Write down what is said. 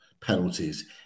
penalties